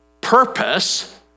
purpose